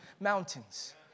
mountains